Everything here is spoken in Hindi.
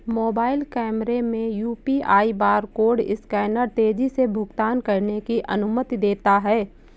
मोबाइल कैमरे में यू.पी.आई बारकोड स्कैनर तेजी से भुगतान की अनुमति देता है